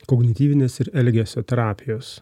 kognityvinės ir elgesio terapijos